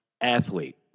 athlete